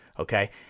Okay